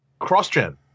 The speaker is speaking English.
CrossGen